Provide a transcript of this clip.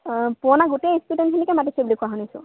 পুৰণা গোটেই ষ্টুডেণ্টখিনিকে মতিছে বুলি কোৱা শুনিছোঁ